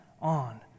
on